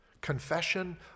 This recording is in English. confession